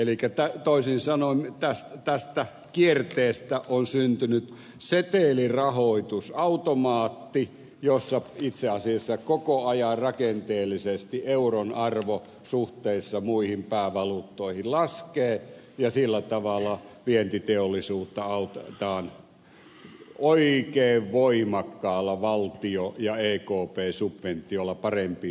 eli toisin sanoen tästä kierteestä on syntynyt setelirahoitusautomaatti jossa itse asiassa koko ajan rakenteellisesti euron arvo suhteessa muihin päävaluuttoihin laskee ja sillä tavalla vientiteollisuutta autetaan oikein voimakkaalla valtio ja ekp subventiolla parempiin tuloksiin